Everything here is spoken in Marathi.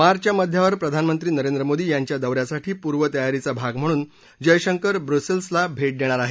मार्घच्या मध्यावर प्रधानमंत्री नरेंद्र मोदी यांच्या दौऱ्यासाठी पूर्वतयारीचा भाग म्हणून जयशंकर ब्रसेल्सला भेट देणार आहेत